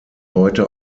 heute